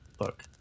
look